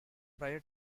prior